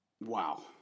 Wow